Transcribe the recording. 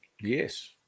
Yes